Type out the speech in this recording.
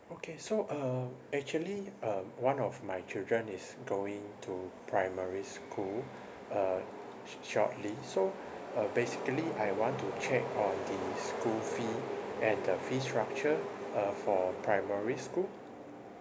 okay so um actually um one of my children is going to primary school uh sh~ shortly so uh basically I want to check on the school fee and the fee structure uh for primary school